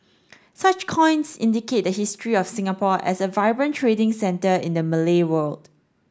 such coins indicate the history of Singapore as a vibrant trading centre in the Malay world